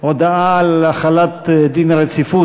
הודעה על החלת דין רציפות,